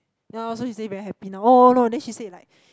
ya also she say very happy now oh no then she said like